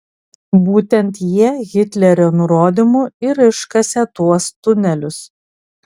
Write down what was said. būtent jie hitlerio nurodymu ir iškasė tuos tunelius